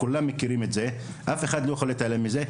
כולם מכירים את זה ואף אחד לא יכול להתעלם מזה.